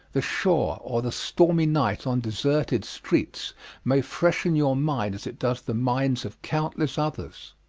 the shore, or the stormy night on deserted streets may freshen your mind as it does the minds of countless others.